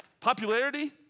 Popularity